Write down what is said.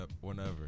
whenever